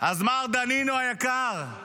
אז מר דנינו היקר,